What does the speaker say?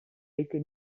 été